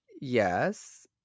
yes